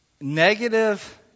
Negative